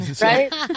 Right